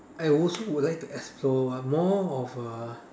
I would also would like to explore more of a